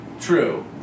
true